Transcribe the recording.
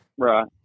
Right